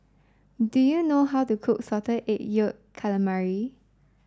do you know how to cook salted egg yolk calamari